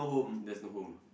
there's no home ah